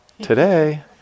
today